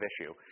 issue